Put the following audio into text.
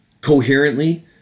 coherently